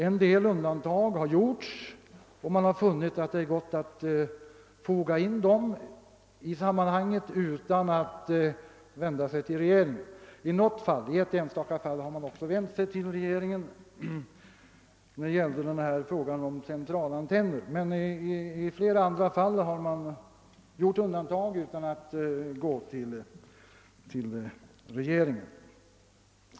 En del undantag har gjorts, och man har funnit det möjligt att foga in dem i sammanhanget, utan att man behövt vända sig till regeringen. I något enstaka fall har man också vänt sig till regeringen, såsom beträffande centralantennen. Men i flera andra fall har man gjort undantag utan att gå till regeringen.